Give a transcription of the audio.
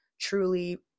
truly